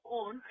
on